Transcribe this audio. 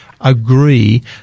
agree